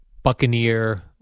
Buccaneer